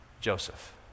Joseph